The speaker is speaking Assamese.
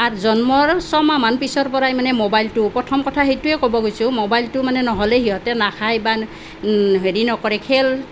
তাৰ জন্মৰ ছমাহ মান পিছৰ পৰাই মানে ম'বাইলটো প্ৰথম কথা সেইটোৱে ক'ব গৈছোঁ ম'বাইলটো মানে নহ'লে সিহঁতে নাখায় বা হেৰি নকৰে খেল